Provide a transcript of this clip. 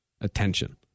attention